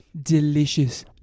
delicious